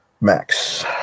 max